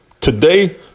Today